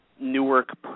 Newark